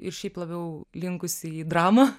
ir šiaip labiau linkusi į dramą